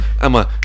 I'ma